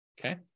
Okay